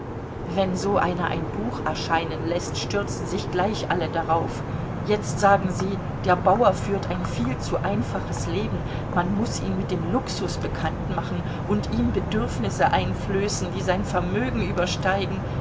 wenn so einer ein buch erscheinen läßt stürzen sich gleich alle darauf jetzt sagen sie der bauer führt ein viel zu einfaches leben man muß ihn mit dem luxus bekannt machen und ihm bedürfnisse einflößen die sein vermögen übersteigen